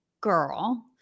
girl